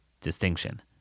distinction